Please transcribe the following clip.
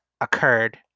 occurred